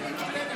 את מיקי לוי,